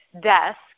desk